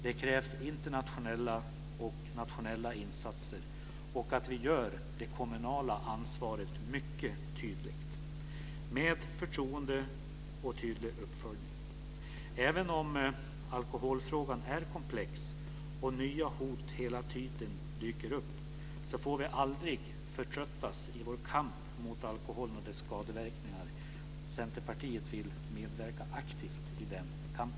Det krävs internationella och nationella insatser och att vi gör det kommunala ansvaret mycket tydligt. Detta ska göras med förtroende och med tydlig uppföljning. Även om alkoholfrågan är komplex och nya hot hela tiden dyker upp får vi aldrig förtröttas i vår kamp mot alkoholen och dess skadeverkningar. Centerpartiet vill medverka aktivt i den kampen.